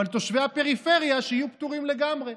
אבל שתושבי הפריפריה יהיו פטורים לגמרי.